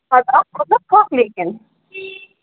اَدٕ اَتھ کھۄت نا پھۅکھ ؤنکٮ۪ن